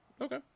Okay